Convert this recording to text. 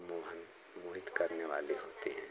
मोहन मोहित करने वाली होती है